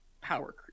power